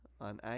on